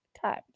times